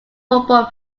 football